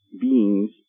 beings